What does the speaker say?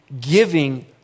giving